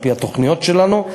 על-פי התוכניות שלנו.